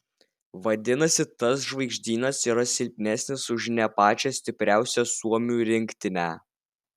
vadinasi tas žvaigždynas yra silpnesnis už ne pačią stipriausią suomių rinktinę